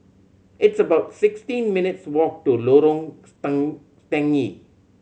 it's about sixteen minutes' walk to Lorong Stangee